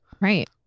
right